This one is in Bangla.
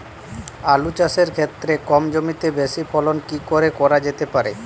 আলু চাষের ক্ষেত্রে কম জমিতে বেশি ফলন কি করে করা যেতে পারে?